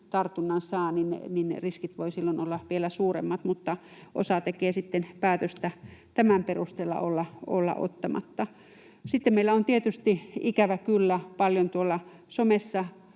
koronatartunnan saa, riskit voivat olla vielä suuremmat, mutta osa tekee sitten päätöksen tämän perusteella olla ottamatta. Sitten meillä on tietysti ikävä kyllä paljon somessa